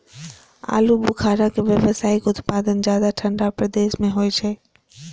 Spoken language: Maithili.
आलू बुखारा के व्यावसायिक उत्पादन ज्यादा ठंढा प्रदेश मे होइ छै